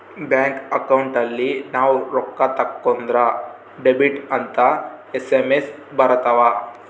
bank account ಅಲ್ಲಿ ನಾವ್ ರೊಕ್ಕ ತಕ್ಕೊಂದ್ರ ಡೆಬಿಟೆಡ್ ಅಂತ ಎಸ್.ಎಮ್.ಎಸ್ ಬರತವ